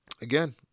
again